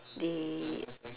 the